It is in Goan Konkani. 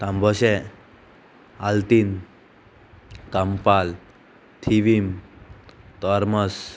तांबोशें आल्तीन कांपाल थिवीम तोरमस